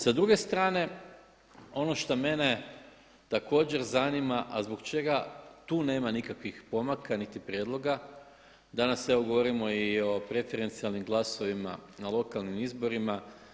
Sa druge strane ono šta mene također zanima a zbog čega tu nema nikakvih pomaka niti prijedloga, danas evo govorimo i o preferencijalnim glasovima na lokalnim izborima.